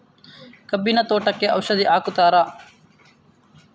ಕಬ್ಬಿನ ತೋಟಕ್ಕೆ ಔಷಧಿ ಹಾಕುತ್ತಾರಾ?